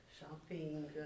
shopping